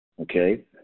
okay